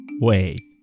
Wait